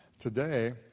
Today